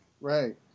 Right